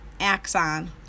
axon